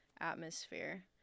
atmosphere